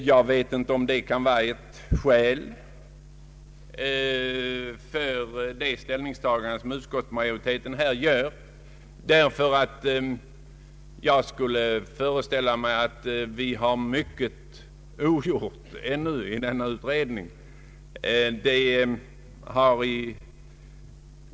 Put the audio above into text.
Detta kan inte vara ett bärande skäl för utskottsmajoritetens ställningstagande, därför att jag skulle föreställa mig att mycket ännu är ogjort inom denna utredning.